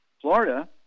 Florida